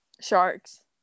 sharks